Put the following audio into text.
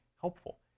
helpful